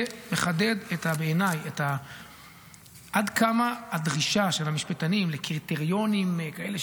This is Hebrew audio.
זה מחדד בעיניי עד כמה הדרישה של המשפטנים לקריטריונים כאלה,